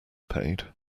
paid